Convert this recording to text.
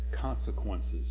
consequences